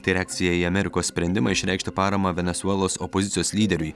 tai reakcija į amerikos sprendimą išreikšti paramą venesuelos opozicijos lyderiui